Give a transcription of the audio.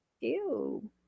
Ew